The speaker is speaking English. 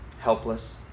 helpless